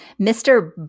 Mr